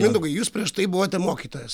mindaugai jūs prieš tai buvote mokytojas